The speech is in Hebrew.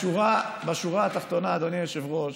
בשורה התחתונה, אדוני היושב-ראש,